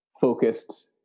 Focused